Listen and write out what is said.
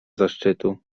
zaszczytu